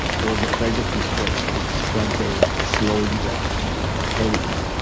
well the effect of these drugs is that they slow you down heavily,